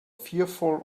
fearful